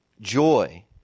Joy